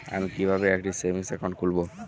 আমি কিভাবে একটি সেভিংস অ্যাকাউন্ট খুলব?